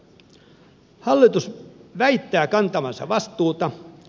hallitus väittää kantavansa vastuuta